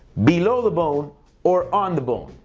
below the bone or on the bone.